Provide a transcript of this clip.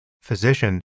physician